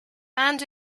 and